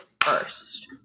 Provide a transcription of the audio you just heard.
first